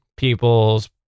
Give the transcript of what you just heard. people's